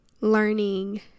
learning